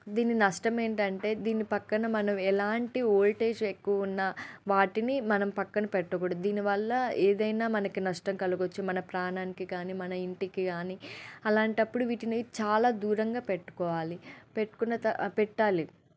దీన్ని నష్టమేంటంటే దీన్ని పక్కన మనం ఎలాంటి ఓల్టేజ్ ఎక్కువున్న వాటిని మనం పక్కన పెట్టకూడదు దీనివల్ల ఏదైనా మనకి నష్టం కలగొచ్చు మన ప్రాణానికి కాని మన ఇంటికి కాని అలాంటప్పుడు వీటిని చాలా దూరంగా పెట్టుకోవాలి పెట్టుకున్న తర పెట్టాలి